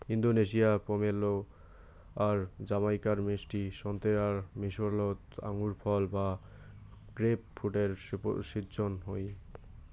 ইন্দোনেশিয়ার পমেলো আর জামাইকার মিষ্টি সোন্তোরার মিশোলোত আঙুরফল বা গ্রেপফ্রুটের শিজ্জন হই